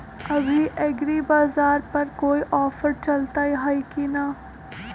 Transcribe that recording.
अभी एग्रीबाजार पर कोई ऑफर चलतई हई की न?